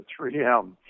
3M